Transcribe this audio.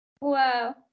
Wow